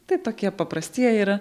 tai tokie paprasti jie yra